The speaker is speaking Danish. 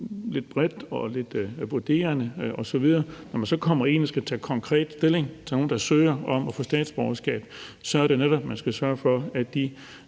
lidt bredt og lidt vurderende osv. Når man så skal tage konkret stilling til nogen, der søger om at få statsborgerskab, skal man jo netop sørge for, at